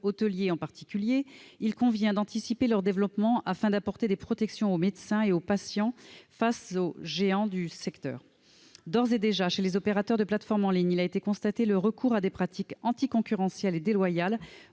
hôtelier en particulier, il convient d'anticiper leur développement afin d'apporter des protections aux médecins et aux patients face aux géants du secteur. D'ores et déjà, chez les opérateurs de plateforme en ligne, il a été constaté le recours à des pratiques anticoncurrentielles et déloyales